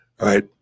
Right